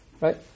Right